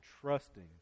trusting